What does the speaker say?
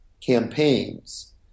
campaigns –